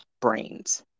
brains